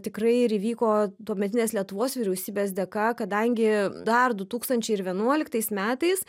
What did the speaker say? tikrai ir įvyko tuometinės lietuvos vyriausybės dėka kadangi dar du tūkstančiai ir vienuoliktais metais